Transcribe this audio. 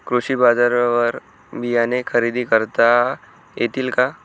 कृषी बाजारवर बियाणे खरेदी करता येतील का?